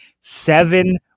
seven